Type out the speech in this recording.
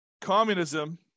Communism